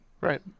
Right